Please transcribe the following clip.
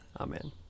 Amen